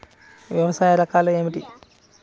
వ్యవసాయ రకాలు ఏమిటి?